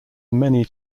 many